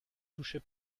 touchée